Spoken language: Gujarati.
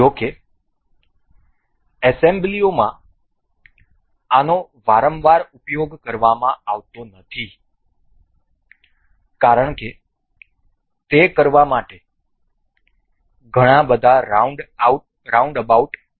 જો કે એસેમ્બલીઓમાં આનો વારંવાર ઉપયોગ કરવામાં આવતો નથી કારણ કે તે કરવા માટે ઘણા બધા રાઉન્ડ અબાઉટ છે